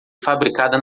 fabricada